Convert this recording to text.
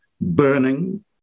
burning